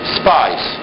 spies